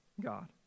God